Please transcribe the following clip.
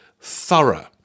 thorough